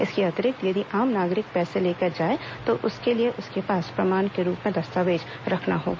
इसके अतिरिक्त यदि आम नागरिक पैसे लेकर जाए तो उसके लिए अपने पास प्रमाण के रूप में दस्तावेज रखना होगा